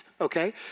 okay